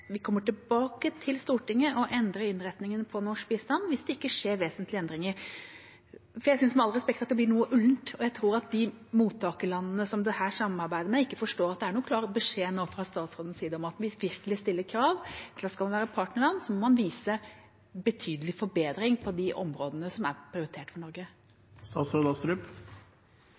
man kommer tilbake til Stortinget og endrer innretningen på norsk bistand hvis det ikke skjer vesentlige endringer? Jeg synes med all respekt det blir noe ullent, og jeg tror at de mottakerlandene som man samarbeider med, ikke forstår at det er noen klar beskjed fra statsrådens side om at vi virkelig stiller krav. Skal man være partnerland, må man vise betydelig forbedring på de områdene som er prioritert